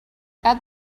add